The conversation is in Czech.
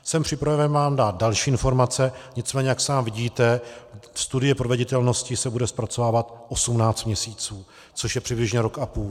Jsem připraven vám dát další informace, nicméně jak sám vidíte, studie proveditelnosti se bude zpracovávat 18 měsíců, což je přibližně rok a půl.